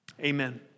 Amen